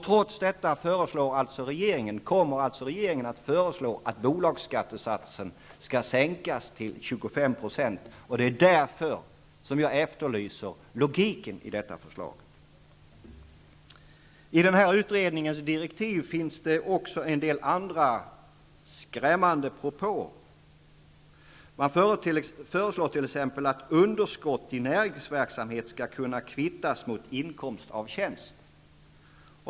Trots detta kommer alltså regeringen att föreslå att bolagsskattesatsen skall sänkas till 25 %. Det är därför som jag efterlyser logiken i detta förslag. I utredningens direktiv finns det också en del andra skrämmande propåer. Man föreslår t.ex. att underskott i näringsverksamhet skall kunna kvittas mot inkomst av tjänst.